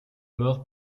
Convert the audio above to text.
mort